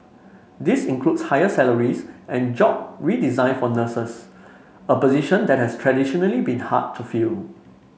this includes higher salaries and job redesign for nurses a position that has traditionally been hard to fill